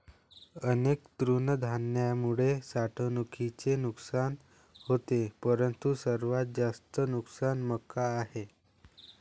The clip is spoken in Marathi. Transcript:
अनेक तृणधान्यांमुळे साठवणुकीचे नुकसान होते परंतु सर्वात जास्त नुकसान मका आहे